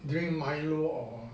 drink milo or